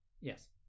Yes